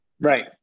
Right